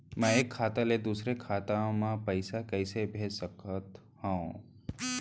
मैं एक खाता ले दूसर खाता मा पइसा कइसे भेज सकत हओं?